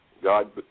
God